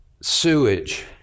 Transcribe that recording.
sewage